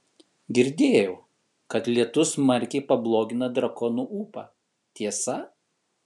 girdėjau kad lietus smarkiai pablogina drakonų ūpą tiesa